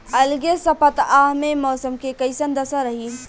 अलगे सपतआह में मौसम के कइसन दशा रही?